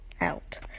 out